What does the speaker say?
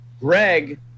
Greg